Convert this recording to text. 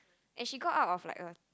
and she got out of a